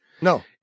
No